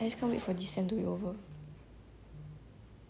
I just can't wait for this sem to be over okay then